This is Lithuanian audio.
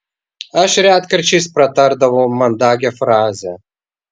aš retkarčiais pratardavau mandagią frazę